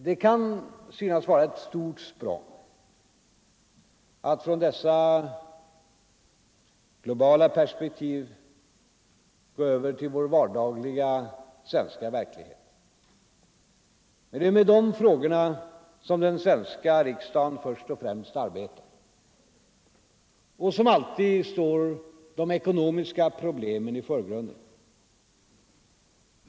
Det kan synas vara ett stort språng att från dessa globala perspektiv gå över till vår vardagliga svenska verklighet. Men det är med dessa frågor som den svenska riksdagen först och främst arbetar. Och som alltid står de ekonomiska problemen i förgrunden.